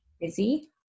busy